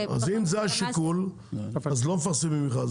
אז אם זה השיקול אז לא מפרסמים מכרז,